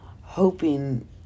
hoping